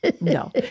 no